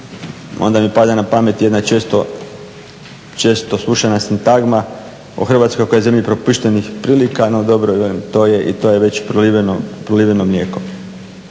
onda mi padne na pamet jedna često slušana sintagma o Hrvatskoj koja je zemlja propuštenih prilika, no dobro velim to je već proliveno mlijeko.